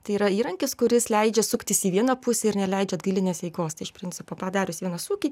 tai yra įrankis kuris leidžia suktis į vieną pusę ir neleidžia atgalinės eigos tai iš principo padarius vieną sūkį